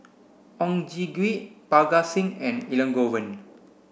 Oon Jin Gee Parga Singh and Elangovan